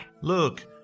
Look